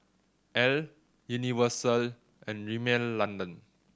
Elle Universal and Rimmel London